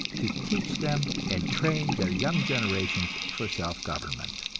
to teach them and train their young generations for self-government.